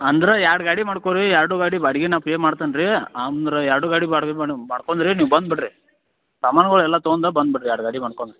ಅಂದ್ರೆ ಎರಡು ಗಾಡಿ ಮಾಡ್ಕೊ ರೀ ಎರಡು ಗಾಡಿ ಬಾಡಿಗೆ ನಾ ಪೇ ಮಾಡ್ತೇನೆ ರೀ ಅಂದ್ರ ಎರಡು ಗಾಡಿ ಬಾಡ್ಗೆ ಮೇಡಮ್ ಮಾಡ್ಕೊಂದ್ರಿ ನೀವು ಬಂದು ಬಿಡ್ರಿ ಸಾಮಾನುಗಳೆಲ್ಲ ತಗೊಂದ ಬಂದು ಬಿಡ್ರಿ ಎರಡು ಗಾಡಿ ಮಾಡ್ಕೊಂದ್